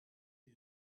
the